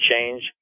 change